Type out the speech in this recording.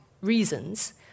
reasons